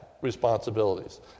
responsibilities